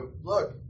look